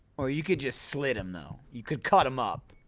or you could just slit him though you could cut him up